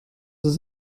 ist